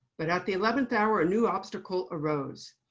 but at the eleventh hour, a new obstacle arose.